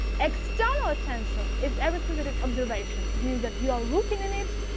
external attention is everything that is observation. it means that you are looking at it,